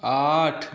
आठ